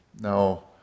Now